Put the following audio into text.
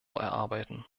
erarbeiten